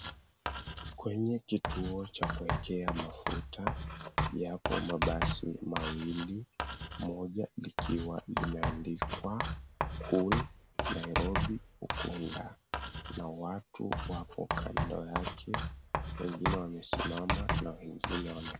Kwenye kituo cha kuwekea mafuta yapo mabasi mawili moja likiwa limeandikwa cool Nairobi, Ukunda na watu wapo kando yake wengine wamesimama na wengine wameketi.